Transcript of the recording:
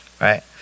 right